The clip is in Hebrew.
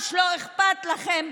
ממש לא אכפת לכם,